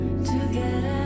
together